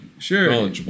Sure